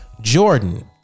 jordan